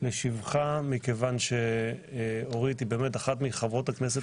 מכיוון שאורית היא אחת מחברות הכנסת